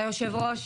ליושב הראש,